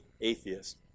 atheist